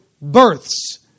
births